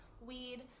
weed